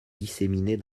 disséminés